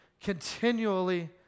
Continually